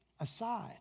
aside